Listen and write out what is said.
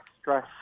stress